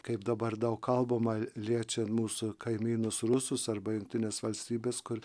kaip dabar daug kalbama liečia mūsų kaimynus rusus arba jungtines valstybes kur